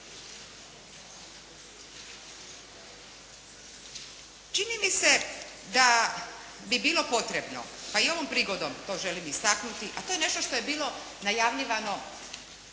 Čini mi se da bi bilo potrebno pa i ovom prigodom to želim istaknuti a to je nešto što je bilo najavljivano